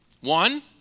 One